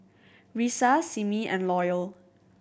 Risa Simmie and Loyal